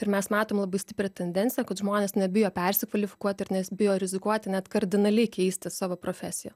ir mes matom labai stiprią tendenciją kad žmonės nebijo persikvalifikuoti ir nes bijo rizikuoti net kardinaliai keisti savo profesiją